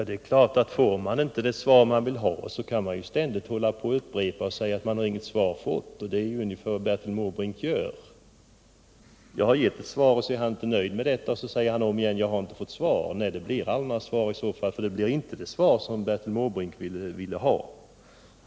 Herr talman! Om man inte får det svar man vill ha är det klart att man kan hålla på och upprepa sig och säga att man inget svar har fått. Det är ungefär vad Bertil Måbrink gör. Jag har avgivit ett svar, men så är han inte nöjd med detta utan säger om igen att han inte fått något svar. Nej, i så fall blir det aldrig något svar, för det blir inte det svar som Bertil Måbrink vill ha.